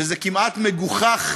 וזה כמעט מגוחך